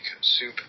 soup